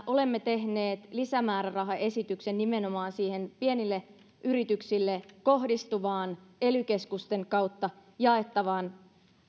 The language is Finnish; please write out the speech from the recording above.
olemme tehneet lisämäärärahaesityksen nimenomaan pienille yrityksille kohdistuvaan ely keskusten kautta jaettavaan